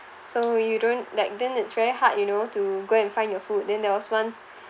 so you don't like then it's very hard you know to go and find your food then there was once